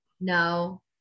No